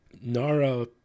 Nara